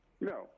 No